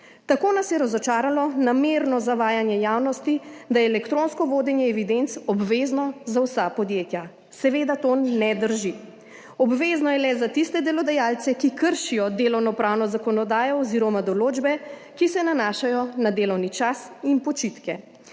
Tako nas je razočaralo namerno zavajanje javnosti, da je elektronsko vodenje evidenc obvezno za vsa podjetja. Seveda to ne drži. Obvezno je le za tiste delodajalce, ki kršijo delovno pravno zakonodajo oz. določbe, ki se nanašajo na delovni čas in počitke.